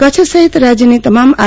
કચ્છ સહિત રાજયની તમામ આર